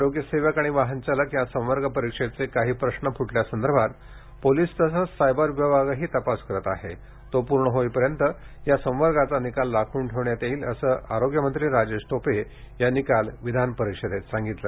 आरोग्यसेवक आणि वाहनचालक या संवर्ग परिक्षेचे काही प्रश्न फुटल्यासंदर्भात पोलीस तसंच सायबर विभागही तपास करत आहे हा तपास पूर्ण होईपर्यंत या संवर्गाचा निकाल राखून ठेवण्यात येईल असं आरोग्यमंत्री राजेश टोपे यांनी काल विधानपरिषदेत स्पष्ट केलं